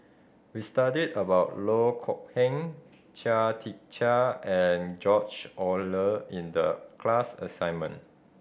we studied about Loh Kok Heng Chia Tee Chiak and George Oehler in the class assignment